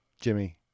Jimmy